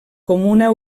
comuna